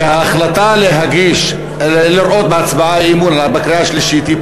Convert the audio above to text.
ההחלטה לראות בהצבעה בקריאה השלישית אי-אמון